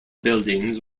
buildings